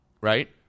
Right